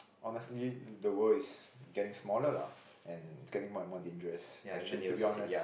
honestly the world is getting smaller lah and it's getting more and more dangerous actua~ to be honest